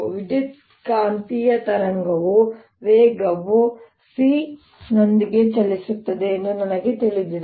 ವಿದ್ಯುತ್ಕಾಂತೀಯ ಅಲೆಗಳು ವೇಗ c ನೊಂದಿಗೆ ಚಲಿಸುತ್ತವೆ ಎಂದು ನನಗೆ ತಿಳಿದಿದೆ